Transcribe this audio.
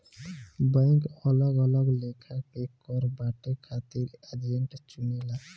bank अलग अलग लेखा के कर बांटे खातिर एजेंट चुनेला